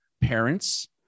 parents